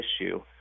issue